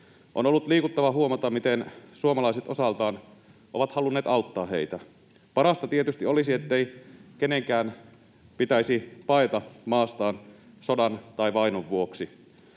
On ollut liikuttavaa huomata, miten suomalaiset osaltaan ovat halunneet auttaa heitä. Parasta tietysti olisi, ettei kenenkään pitäisi paeta maastaan sodan tai vainon vuoksi.